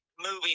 movie